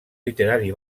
literari